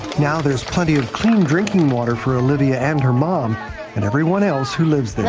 now, there is plenty of clean drinking water for olivia and her mom and everyone else who lived there.